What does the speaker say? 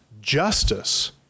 justice